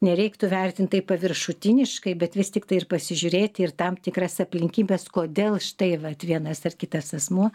nereiktų vertint taip paviršutiniškai bet vis tiktai ir pasižiūrėti ir tam tikras aplinkybes kodėl štai vat vienas ar kitas asmuo